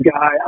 guy